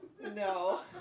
No